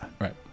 right